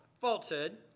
falsehood